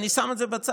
אני שם את זה בצד,